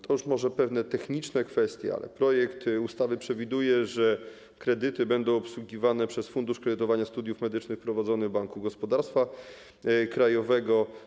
To już może pewne kwestie techniczne, ale projekt ustawy przewiduje, że kredyty będą obsługiwane przez Fundusz Kredytowania Studiów Medycznych prowadzony w Banku Gospodarstwa Krajowego.